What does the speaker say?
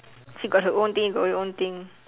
she got her own thing you got your own thing